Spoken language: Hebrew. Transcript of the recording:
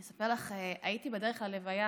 אני אספר לך, הייתי בדרך להלוויה